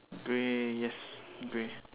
grey yes grey